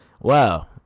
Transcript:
wow